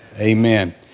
Amen